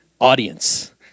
audience